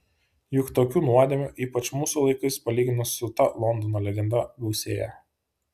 juk tokių nuodėmių ypač mūsų laikais palyginus su ta londono legenda gausėja